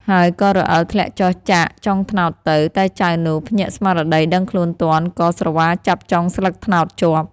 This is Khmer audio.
ហើយក៏រអិលធ្លាក់ចុះចាកចុងត្នោតទៅ តែចៅនោះ ភ្ញាក់ស្មារតីដឹងខ្លួនទាន់ ក៏ស្រវាចាប់ចុងស្លឹកត្នោតជាប់។"